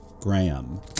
Graham